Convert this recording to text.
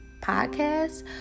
podcast